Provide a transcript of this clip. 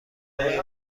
های